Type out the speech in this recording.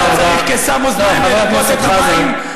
אנחנו נדאג להעיף אתכם, גטאס.